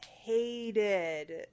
hated